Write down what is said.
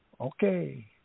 Okay